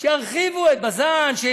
שירחיבו את בז"ן,